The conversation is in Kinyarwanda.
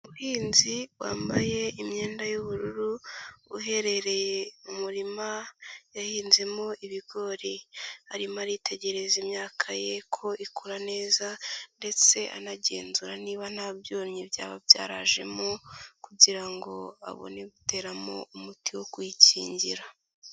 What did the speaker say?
Umuhinzi wambaye imyenda y'ubururu, uherereye mu muririma yahinzemo ibigori, arimo aritegereza imyaka ye ko ikura neza ndetse anagenzura niba nta byonyi byaba byarajemo kugira ngo abone guteramo umuti wo kuyikingira.